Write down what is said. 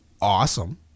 awesome